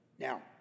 Now